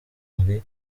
muri